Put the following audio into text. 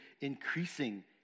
increasing